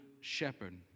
shepherd